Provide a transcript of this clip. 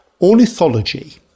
Ornithology